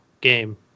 game